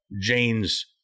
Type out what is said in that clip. Jane's